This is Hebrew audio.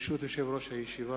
ברשות יושב-ראש הישיבה,